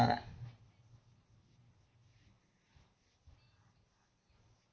uh